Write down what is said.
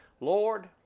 Lord